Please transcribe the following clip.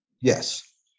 Yes